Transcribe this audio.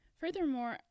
Furthermore